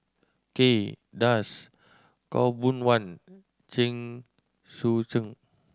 Kay Das Khaw Boon Wan Chen Sucheng